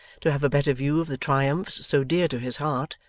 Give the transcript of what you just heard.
to have a better view of the triumphs so dear to his heart.